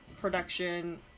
production